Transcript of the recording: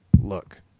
Look